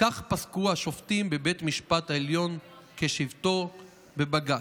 כך פסקו השופטים בבית המשפט העליון בשבתו כבג"ץ.